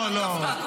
לא, לא.